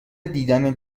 دیدن